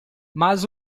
mas